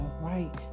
right